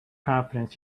confidence